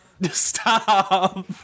stop